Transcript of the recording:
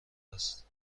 است